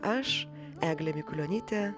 aš eglė mikulionytė